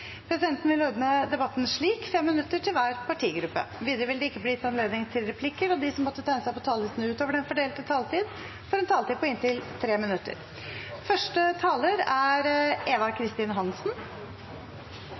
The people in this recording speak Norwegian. Presidenten vil ordne debatten slik: 5 minutter til hver partigruppe. Videre vil det ikke bli gitt anledning til replikker, og de som måtte tegne seg på talerlisten utover den fordelte taletid, får en taletid på inntil 3 minutter.